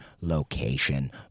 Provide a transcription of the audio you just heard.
location